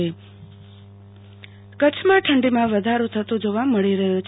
આરતી ભટ હવામાન ઠંડીમાં વધારો થતો જોવા મળી રહયો છે